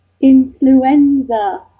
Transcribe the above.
influenza